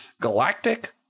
galactic